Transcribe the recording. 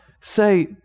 say